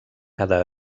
cada